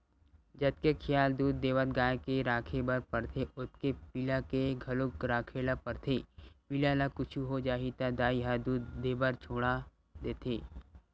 जतके खियाल दूद देवत गाय के राखे बर परथे ओतके पिला के घलोक राखे ल परथे पिला ल कुछु हो जाही त दाई ह दूद देबर छोड़ा देथे